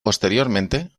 posteriormente